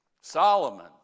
Solomon